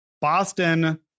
Boston